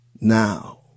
Now